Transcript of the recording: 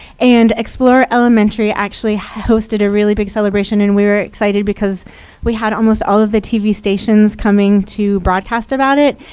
and explorer elementary actually hosted a really big celebration, and we were excited because we had almost all of the tv stations coming to broadcast about it.